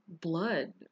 blood